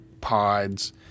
pods